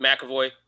McAvoy